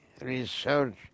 research